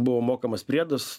buvo mokamas priedas